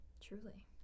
Truly